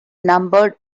numbered